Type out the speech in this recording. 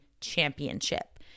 championship